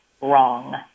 wrong